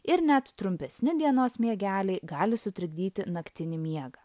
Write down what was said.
ir net trumpesni dienos miegeliai gali sutrukdyti naktinį miegą